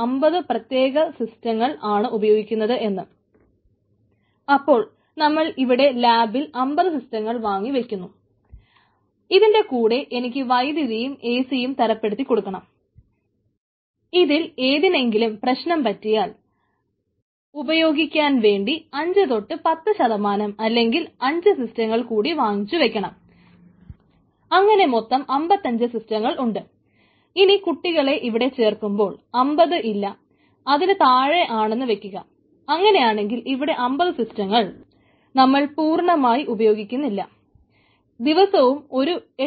ആണ്